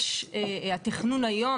התכנון היום,